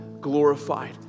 glorified